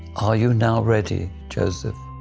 are you now ready, joseph,